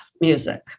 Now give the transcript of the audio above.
music